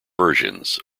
versions